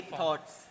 thoughts